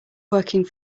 working